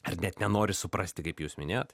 ar net nenori suprasti kaip jūs minėjot